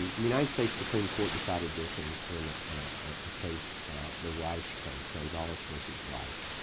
and the united states supreme court decided this and in a case the reich case, gonzalez versus reich.